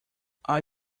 are